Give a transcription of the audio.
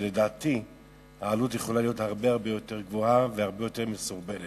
ולדעתי העלות יכולה להיות הרבה הרבה יותר גבוהה והרבה יותר מסורבלת.